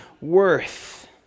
worth